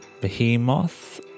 behemoth